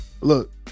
Look